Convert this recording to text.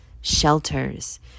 shelters